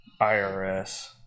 IRS